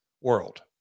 world